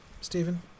Stephen